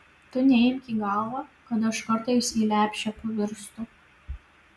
tu neimk į galvą kad aš kartais į lepšę pavirstu